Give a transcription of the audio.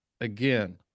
again